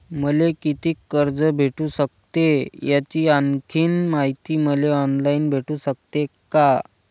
मले कितीक कर्ज भेटू सकते, याची आणखीन मायती मले ऑनलाईन भेटू सकते का?